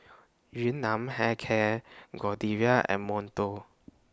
Yun Nam Hair Care Godiva and Monto